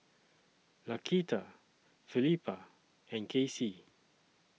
Laquita Felipa and Kaycee